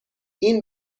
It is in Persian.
این